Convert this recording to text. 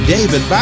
David